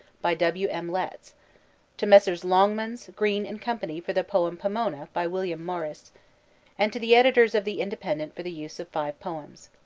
by w. m. letts to messrs. longmans, green and company for the poem pomona, by william morris and to the editors of the independent for the use of five poems.